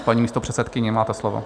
Paní místopředsedkyně, máte slovo.